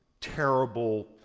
terrible